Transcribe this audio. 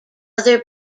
other